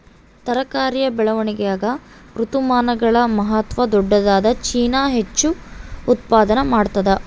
ತರಕಾರಿಯ ಬೆಳವಣಿಗಾಗ ಋತುಮಾನಗಳ ಮಹತ್ವ ದೊಡ್ಡದಾದ ಚೀನಾ ಹೆಚ್ಚು ಉತ್ಪಾದನಾ ಮಾಡ್ತದ